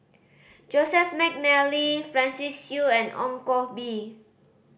Joseph McNally Francis Seow and Ong Koh Bee